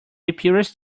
apiarist